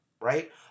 right